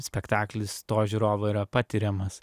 spektaklis to žiūrovo yra patiriamas